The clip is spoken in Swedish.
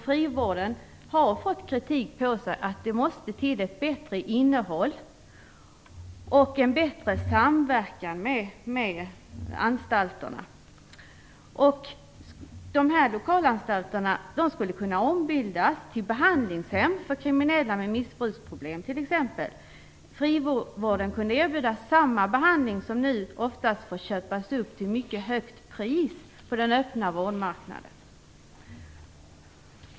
Frivården har fått kritik - det måste till ett bättre innehåll och en bättre samverkan med anstalterna. De här lokalanstalterna skulle kunna ombildas till behandlingshem t.ex. för kriminella med missbruksproblem. Frivården skulle kunna erbjuda samma behandling som man nu oftast får köpa upp till ett mycket högt pris på den öppna vårdmarknaden.